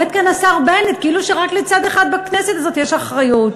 עומד כאן השר בנט כאילו שרק לצד אחד בכנסת הזאת יש אחריות.